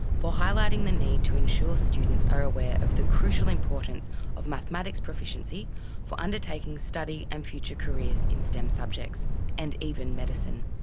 for highlighting the need to ensure students are aware of the crucial importance of mathematics proficiency for undertaking study and future careers in stem subjects and even medicine.